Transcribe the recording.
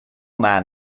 man